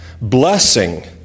Blessing